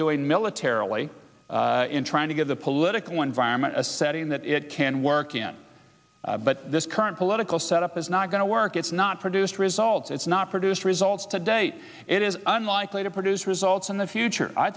doing militarily in trying to get the political environment that it can work in but this current political set up is not going to work it's not produced results it's not produced results to date it is unlikely to produce results in the future i